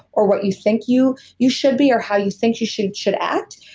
or what you think you you should be or how you think you should should act,